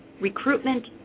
recruitment